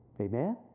Amen